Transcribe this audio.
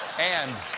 and